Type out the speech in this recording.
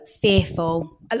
fearful